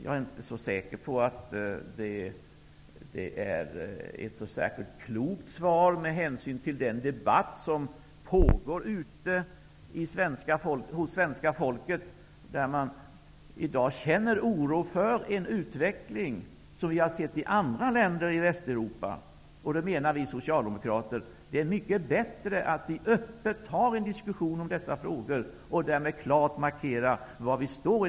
Jag är inte säker på att det är ett så särskilt klokt svar med hänsyn till den debatt som pågår hos svenska folket, där man i dag känner för en utveckling som vi har sett i andra länder i Västeuropa. Vi socialdemokrater menar att det är mycket bättre att öppet ta upp en diskussion i dessa frågor och därmed klart markera var vi står.